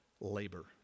labor